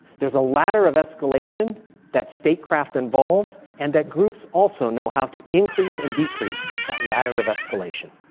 there's a ladder of escalation that statecraft involves. and that groups also know how to increase and decrease that ladder of escalation.